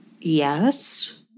yes